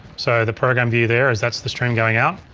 so the program view there is that's the stream going out.